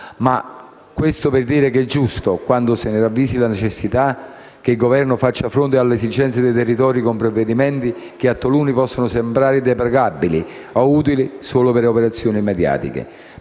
questo per segnalare che è giusto che, quando se ne ravvisi la necessità, il Governo faccia fronte alle esigenze dei territori con provvedimenti che a taluni possono sembrare deprecabili o utili solo per operazioni mediatiche.